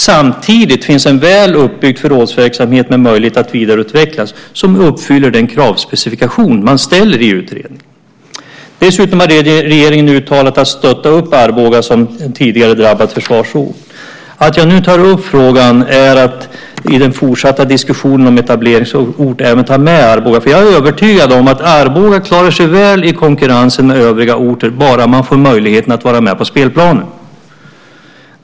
Samtidigt finns en väl uppbyggd förrådsverksamhet med möjlighet att vidareutvecklas som uppfyller den kravspecifikation man ställer i utredningen. Dessutom har regeringen uttalat att regeringen ska stötta Arboga som en tidigare drabbad försvarsort. Att jag nu tar upp frågan beror på att jag i den fortsatta diskussionen om etableringsort även vill ta med Arboga. Jag är övertygad om att Arboga klarar sig väl i konkurrensen med övriga orter, bara man får möjlighet att vara med på spelplanen.